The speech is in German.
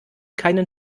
keinen